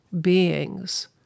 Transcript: beings